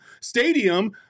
stadium